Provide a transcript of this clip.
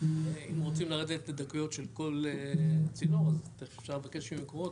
אם רוצים לרדת לדקויות של כל צינור אז תיכף אפשר לבקש ממקורות,